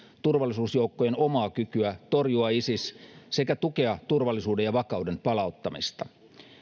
turvallisuusjoukkojen omaa kykyä torjua isis sekä tukea turvallisuuden ja vakauden palauttamista